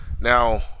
Now